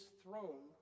throne